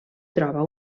troba